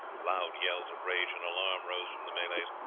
loud yells of rage and alarm rose from the malays,